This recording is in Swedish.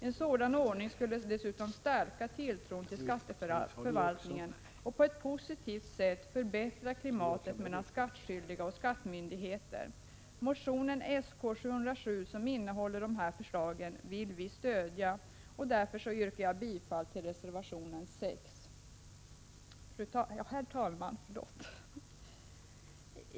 En sådan ordning skulle dessutom stärka tilltron till skatteförvaltningen och förbättra klimatet mellan skattskyldiga och skattemyndigheter. Motionen Sk707, som innehåller dessa förslag, vill vi stödja, och därför yrkar jag bifall till reservation 6. Herr talman!